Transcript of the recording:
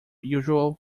usual